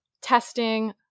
testing